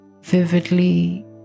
vividly